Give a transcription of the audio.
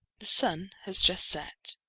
the sun has just set.